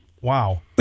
wow